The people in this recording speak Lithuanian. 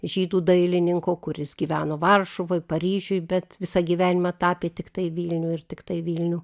žydų dailininko kuris gyveno varšuvoj paryžiuj bet visą gyvenimą tapė tiktai vilnių ir tiktai vilnių